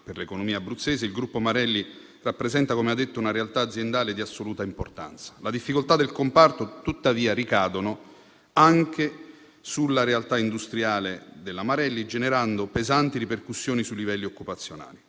per l'economia abruzzese, il gruppo Marelli rappresenta - come ha detto - una realtà aziendale di assoluta importanza. Le difficoltà del comparto tuttavia ricadono anche sulla realtà industriale della Marelli, generando pesanti ripercussioni sui livelli occupazionali.